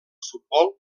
futbol